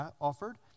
offered